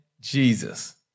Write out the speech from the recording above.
Jesus